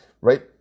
right